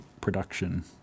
production